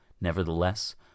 nevertheless